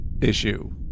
issue